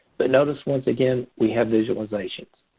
but notice once again, we have visualizations.